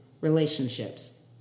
relationships